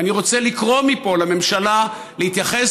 ואני רוצה לקרוא מפה לממשלה להתייחס